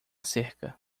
cerca